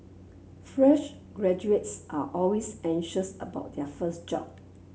fresh graduates are always anxious about their first job